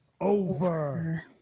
over